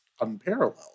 unparalleled